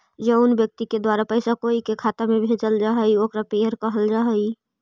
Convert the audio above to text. जउन व्यक्ति के द्वारा पैसा कोई के खाता में भेजल जा हइ ओकरा पेयर कहल जा हइ